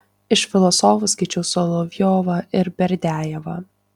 iš filosofų skaičiau solovjovą ir berdiajevą